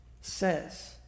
says